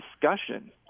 discussion